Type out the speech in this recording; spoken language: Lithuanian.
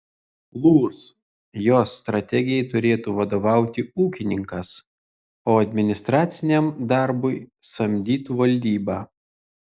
lūs jos strategijai turėtų vadovauti ūkininkas o administraciniam darbui samdytų valdybą